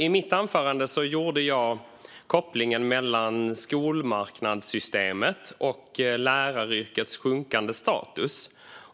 I mitt anförande gjorde jag kopplingen mellan skolmarknadssystemet och läraryrkets sjunkande status.